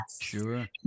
Sure